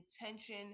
intention